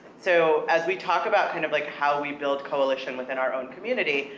so as we talk about kind of like how we build coalition within our own community,